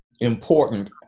important